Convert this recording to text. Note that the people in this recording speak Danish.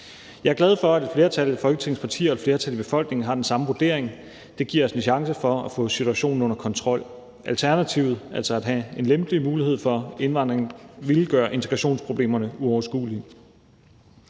Jeg er glad for, at et flertal af Folketingets partier og et flertal af befolkningen har den samme vurdering. Det giver os en chance for at få situationen under kontrol. Alternativet, altså at have en lempelig mulighed for indvandring, ville gøre integrationsproblemerne uoverskuelige.